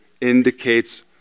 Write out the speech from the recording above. indicates